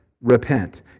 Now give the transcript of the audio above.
repent